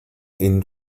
ihnen